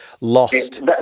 lost